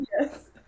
Yes